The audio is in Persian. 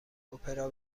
اپرا